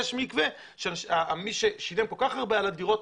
יש מקווה ומי ששילם כל כך הרבה כסף עבור הדירה,